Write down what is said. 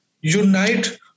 unite